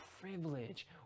privilege